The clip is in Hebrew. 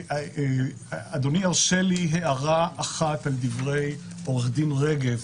ואדוני ירשה לי הערה אחת על דברי עורך דין רגב,